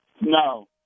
No